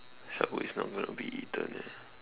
subway is not gonna be eaten eh